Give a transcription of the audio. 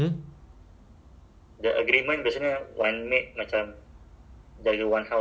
the maid is okay then we we must bayar for the transport